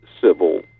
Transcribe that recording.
civil